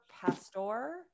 Pastor